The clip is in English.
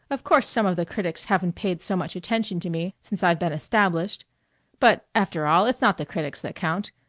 of course some of the critics haven't paid so much attention to me since i've been established but, after all, it's not the critics that count.